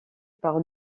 par